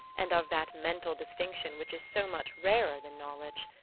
and of that mental distinction which is so much rarer than knowledge.